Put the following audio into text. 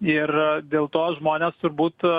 ir dėl to žmonės turbūt